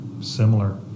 similar